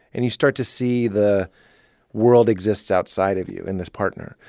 and you start to see the world exists outside of you in this partner.